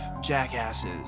jackasses